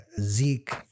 Zeke